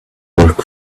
work